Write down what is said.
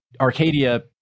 arcadia